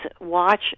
watch